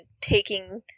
taking